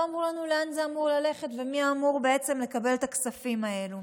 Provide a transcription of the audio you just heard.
לא אמרו לנו לאן זה אמור ללכת ומי אמור בעצם לקבל את הכספים האלה.